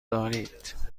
دارید